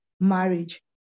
marriage